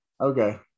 Okay